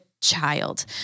child